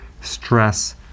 stress